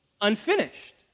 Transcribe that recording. unfinished